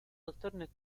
alternate